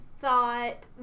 thought